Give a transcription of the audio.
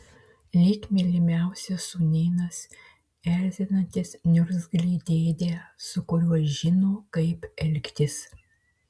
lyg mylimiausias sūnėnas erzinantis niurzglį dėdę su kuriuo žino kaip elgtis